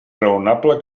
raonable